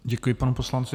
Děkuji panu poslanci.